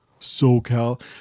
SoCal